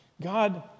God